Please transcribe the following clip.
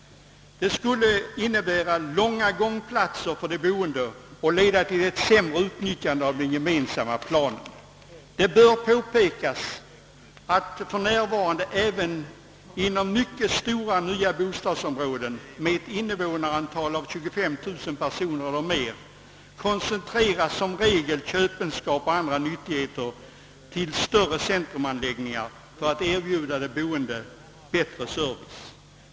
Detta i sin tur leder till att det blir långa gångvägar för de boende och ett sämre utnyttjande av den gemensamma stadsplanen. Påpekas bör att för närvarande koncentreras även i mycket stora nya bostadsområden — med ett invånarantal av 25000 personer eller mer — som regel köpenskap o.d. till större centrumanläggningar för att bättre service skall kunna erbjudas de boende.